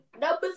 Number